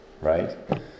right